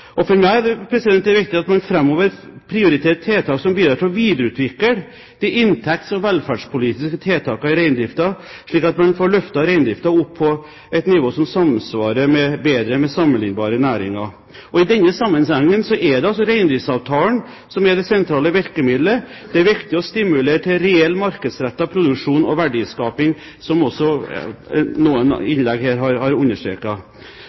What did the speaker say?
lav. For meg er det viktig at man framover prioriterer tiltak som bidrar til å videreutvikle de inntekts- og velferdspolitiske tiltakene i reindriften, slik at man får løftet reindriften opp på et nivå som samsvarer bedre med sammenlignbare næringer. I denne sammenhengen er det altså reindriftsavtalen som er det sentrale virkemiddelet. Det er viktig å stimulere til reell markedsrettet produksjon og verdiskaping, som også noen i sine innlegg i dag har understreket. Erfaring viser at de produksjonsavhengige tilskuddene har